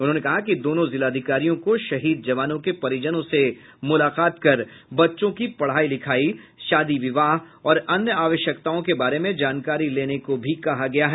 उन्होंने कहा कि दोनों जिलाधिकारियों को शहीद जवानों के परिजनों से मुलाकात कर बच्चों की पढ़ाई लिखाई शादी विवाह और अन्य आवश्यकताओं के बारे में जानकारी लेने को भी कहा गया है